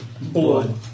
Blood